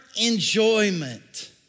enjoyment